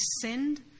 sinned